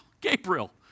Gabriel